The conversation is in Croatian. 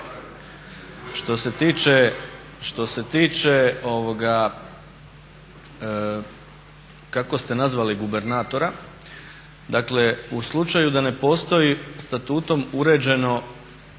Što se tiče kako ste nazvali gubernatora, dakle u slučaju da ne postoji statutom uređeno pravo